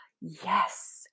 yes